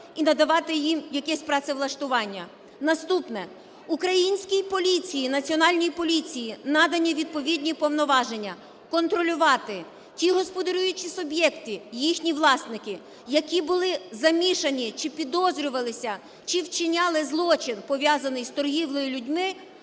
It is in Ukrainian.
і надавати їм якесь працевлаштування. Наступне. Українській поліції, Національній поліції надані відповідні повноваження контролювати ті господарюючі суб'єкти, їхні власники, які були замішані чи підозрювалися, чи вчиняли злочини, пов'язаний з торгівлею людьми,